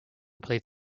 played